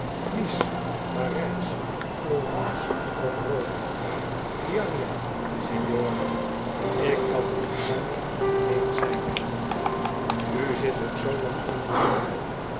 nice parijs florence of rome giannina signora ik kan niet langer alleen zijn u zit ook zoo lang in den donker